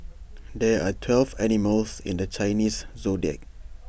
there are twelve animals in the Chinese Zodiac